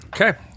okay